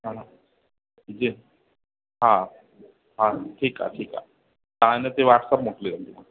हा ज हा हा ठीकु आहे ठीकु आहे तव्हां हिन ते वाट्सप मोकिले छॾिजो